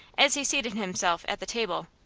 as he seated himself at the table.